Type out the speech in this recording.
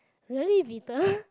really bitter